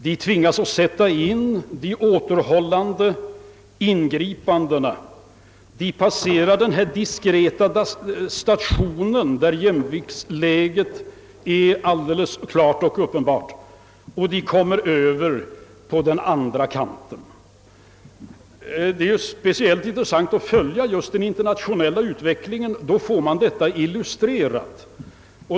De tvingas att göra återhållande ingripanden, de passerar den diskreta station där jämviktsläget är alldeles klart och uppenbart och de kommer över på den andra kanten. Det är speciellt intressant att följa just den internationella utvecklingen. Då får man detta illustrerat.